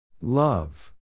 Love